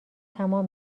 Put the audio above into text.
تمام